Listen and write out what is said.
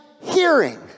hearing